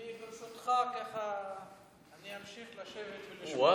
ברשותך, אני אמשיך לשבת ולשמוע.